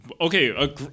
Okay